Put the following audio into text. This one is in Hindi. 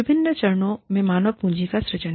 विभिन्न चरणों में मानव पूंजी का सृजन